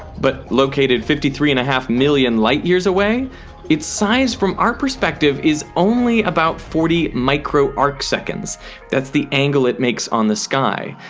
but located fifty three and a half million light years away its size from our perspective is only about forty micro arcseconds that's the angle it makes on the sky.